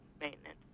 maintenance